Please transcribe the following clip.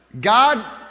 God